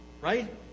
Right